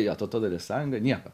jo tautodailės sąjunga nieko